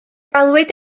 galwyd